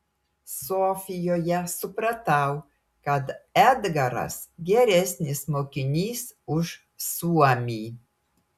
sofijoje supratau kad edgaras geresnis mokinys už suomį